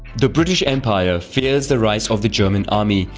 the british empire fears the rise of the german army,